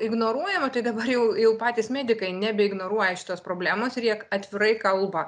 ignoruojama tai dabar jau jau patys medikai nebeignoruoja šitos problemos ir jie atvirai kalba